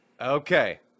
Okay